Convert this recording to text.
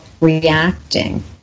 reacting